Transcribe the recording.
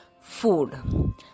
food